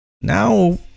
Now